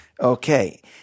okay